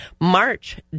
March